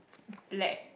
black